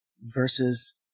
versus